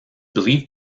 believed